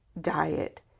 diet